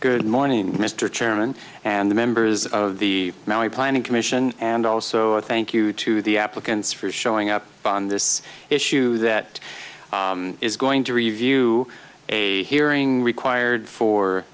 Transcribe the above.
good morning mr chairman and the members of the planning commission and also i thank you to the applicants for showing up on this issue that is going to review a hearing required for